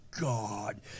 god